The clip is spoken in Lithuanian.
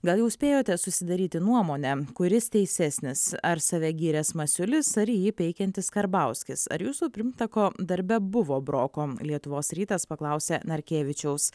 gal jau spėjote susidaryti nuomonę kuris teisesnis ar save gyręs masiulis ar jį peikiantis karbauskis ar jūsų pirmtako darbe buvo broko lietuvos rytas paklausė narkevičiaus